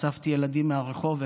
אספתי ילדים מהרחוב,